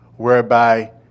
Whereby